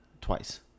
Twice